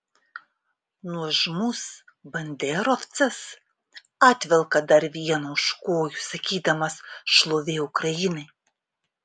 nuožmus banderovcas atvelka dar vieną už kojų sakydamas šlovė ukrainai